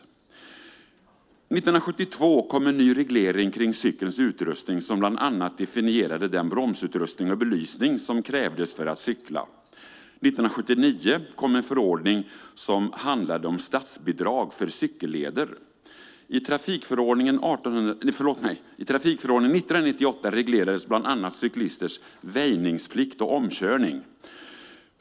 År 1972 kom en ny reglering kring cykelns utrustning som bland annat definierade den bromsutrustning och belysning som krävdes för att cykla. År 1979 kom en förordning som handlade om statsbidrag för cykelleder. I trafikförordningen 1998 reglerades bland annat cyklisters väjningsplikt och omkörning.